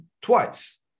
twice